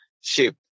ship